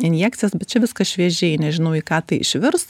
injekcijas bet čia viskas šviežiai nežinojau į ką tai išvirs